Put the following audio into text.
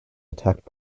attacked